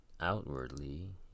outwardly